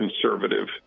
conservative